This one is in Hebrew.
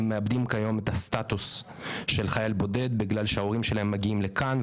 הם מאבדים כיום את הסטטוס של חייל בודד בגלל שההורים שלהם מגיעים לכאן,